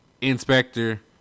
Inspector